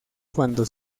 cuando